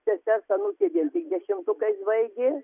sesers anūkė vėl tik dešimtukais baigė